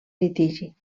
litigi